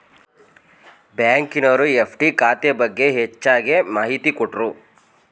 ಬ್ಯಾಂಕಿನವರು ಎಫ್.ಡಿ ಖಾತೆ ಬಗ್ಗೆ ಹೆಚ್ಚಗೆ ಮಾಹಿತಿ ಕೊಟ್ರು